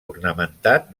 ornamentat